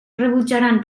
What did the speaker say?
rebutjaran